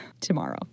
tomorrow